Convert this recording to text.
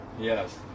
Yes